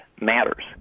matters